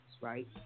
Right